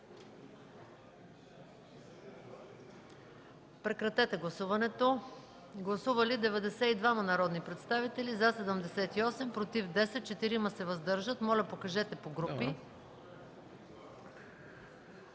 Прекратете гласуването. Гласували 92 народни представители: за 78, против 10, въздържали се 4. Моля, покажете по групи.